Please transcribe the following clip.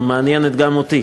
שמעניינת גם אותי,